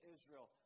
Israel